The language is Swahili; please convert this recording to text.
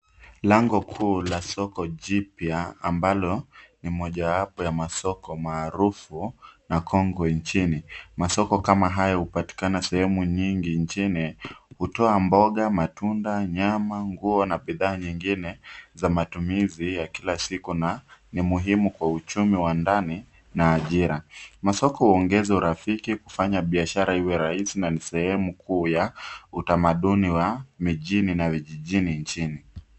Lango kuu la soko jipya ambalo ni mojawapo ya masoko maarufu na kongwe nchini. Masoko kama hayo hupatikana sehemu nyingi nchini. Hutoa mboga, matunda, nyama, nguo na bidhaa nyingine za matumizi ya kila siku na ni muhimu kwa uchumi wa ndani na ajira. Masoko huongeza urafiki, kufanya biashara iwe rahisi na ni sehemu kuu ya utamaduni wa mijini na vijijini nchini.